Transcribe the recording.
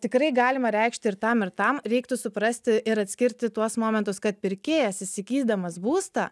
tikrai galima reikšti ir tam ir tam reiktų suprasti ir atskirti tuos momentus kad pirkėjas įsigydamas būstą